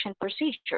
procedures